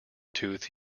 tooth